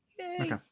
okay